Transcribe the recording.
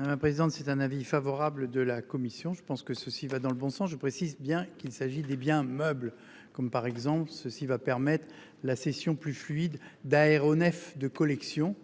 La présidente de c'est un avis favorable de la commission, je pense que ceci va dans le bon sens, je précise bien qu'il s'agit des biens meubles comme par exemple ceux-ci va permettre la session plus fluide d'aéronefs de collection